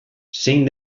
zein